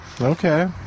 Okay